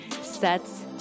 sets